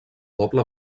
doble